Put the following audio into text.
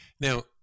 Now